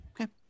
Okay